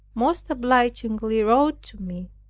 most obligingly wrote to me,